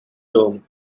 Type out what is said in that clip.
term